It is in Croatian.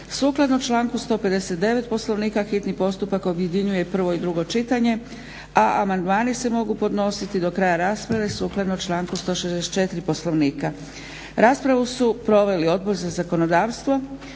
Sukladno članku 159. Poslovnika hitni postupak objedinjuje prvo i drugo čitanje, a amandmani se mogu podnositi do kraja rasprave sukladno članku 164. Poslovnika. Raspravu su proveli Odbor za zakonodavstvo,